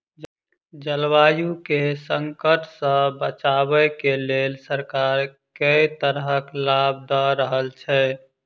जलवायु केँ संकट सऽ बचाबै केँ लेल सरकार केँ तरहक लाभ दऽ रहल छै?